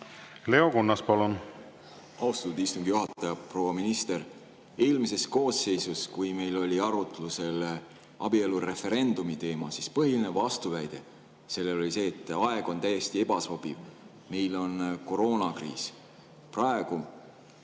Leo Kunnas, palun! Austatud istungi juhataja! Proua minister! Eelmises koosseisus, kui meil oli arutlusel abielureferendumi teema, siis põhiline vastuväide sellele oli see, et aeg on täiesti ebasobiv, meil on koroonakriis. Praegu